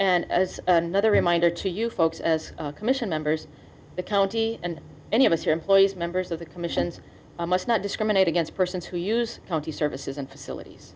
and as other reminder to you folks as commission members the county and any of us employees members of the commissions must not discriminate against persons who use county services and facilities